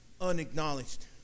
unacknowledged